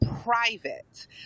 private